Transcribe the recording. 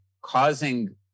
causing